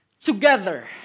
together